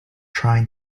trying